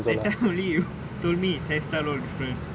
that time only you told me his hair style all different